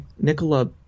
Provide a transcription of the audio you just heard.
Nicola